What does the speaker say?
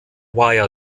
wire